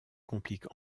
complique